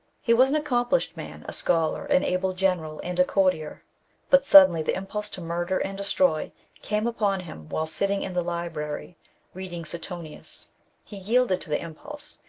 he was an accomplished man, a scholar, an able general, and a courtier but suddenly the impulse to murder and destroy came upon him whilst sitting in the library reading suetonius he yielded to the impulse,